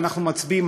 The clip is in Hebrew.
ואנחנו מצביעים,